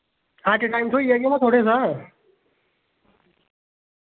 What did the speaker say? at a time थ्होई जाह्गे ना थोआड़े शा